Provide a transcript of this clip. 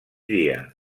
dia